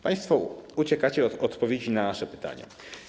Państwo uciekacie od odpowiedzi na nasze pytania.